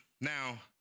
Now